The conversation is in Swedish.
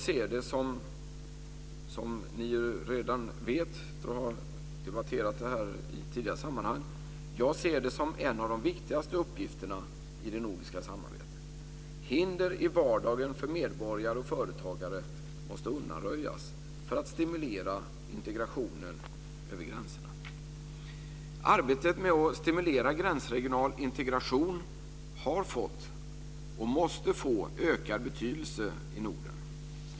Som ni redan vet, eftersom vi har debatterat det här i tidigare sammanhang, ser jag det som en av de viktigaste uppgifterna i det nordiska samarbetet. Hinder i vardagen för medborgare och företagare måste undanröjas för att stimulera integrationen över gränserna. Arbetet med att stimulera gränsregional integration har fått och måste få ökad betydelse i Norden.